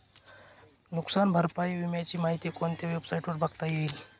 नुकसान भरपाई विम्याची माहिती कोणत्या वेबसाईटवर बघता येईल?